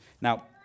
Now